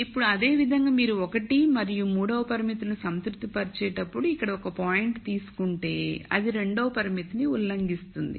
ఇప్పుడు అదే విధంగా మీరు 1 మరియు 3వ పరిమితులను సంతృప్తిపరిచేటప్పుడు ఇక్కడ ఒక పాయింట్ తీసుకుంటే అది 2వ పరిమితిని ఉల్లంఘిస్తుంది